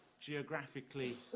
geographically